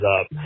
up